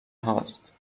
هاست